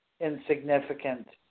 insignificant